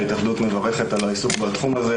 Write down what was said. ההתאחדות מברכת על העיסוק בתחום הזה.